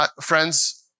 friends